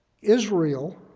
Israel